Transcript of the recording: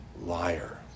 liar